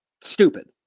Stupid